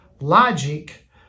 Logic